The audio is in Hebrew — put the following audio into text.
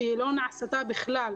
שהיא לא נעשתה בכלל.